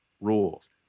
rules